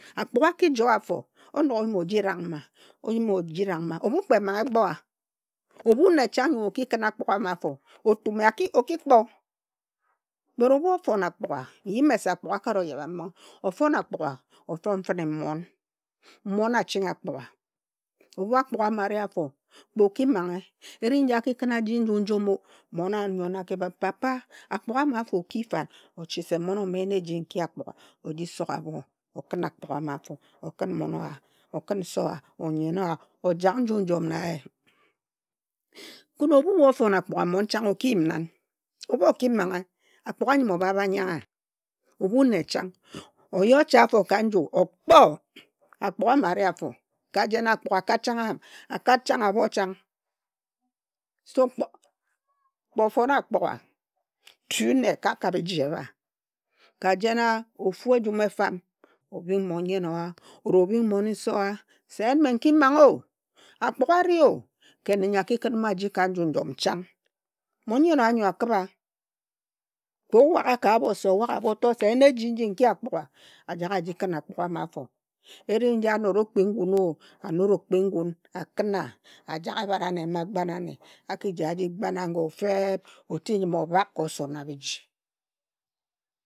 A kpuga a ki joa afo, o nog oyim oji rang mma. Ebhu kpe emanghe egbo a, ebhu nne chang nyo o ki khin akpuga a ma fo otum ye, o ki kpo. But ebhu ofon akpuga, nyi mese akpuga akara oyebha mbinghe, ofon akpuga ofon fine mmon. Mmon aching akpuga. Ebhu akpuga a ma ari afo, o ki manghe, eri nji a ki khin wa aji nju njom o, mmon owa anyo na a ki bhib, "papa, akpuga ama afo o ki fan?" ok se en eji nki akpuga, o ji sog abho okhin akpuga amafo, okhin mmon owa, okhin nse owa or nyen owa ojag nju njom na ye. Khin ebhu we ofon akpuga, mmon chang, oki yim nan? Ebhu oki manghe akpuga anyim obha abha nyangha. Ebhu nne chang, oyi ocha afo ka nju okpo. Akpuga ama ari afo ka jen akpuga akat chang abho chang. So kpo fone akpuga tu nne kak ka bhiji ebha. Ka jen a, ofu ejum efam, obhing moni nyen owa or obhing nse owa se en me inki mangho, akpuga ario, khin nne nyo aki khin m a ji ka nju njom chang. Moni nyen owa anyo a khibha. Kpe o waga ka abho se, owag abho oto se en eji nji nki akpuga a jag a jikhin akpuga ama afo. Eri nji a nora okpingun o, a not okpi ngun, a khin wa, ajag ebat anne mma a gbana ane, a kiji a ji gban wa ago feeb oti njim obhak ka osona biji.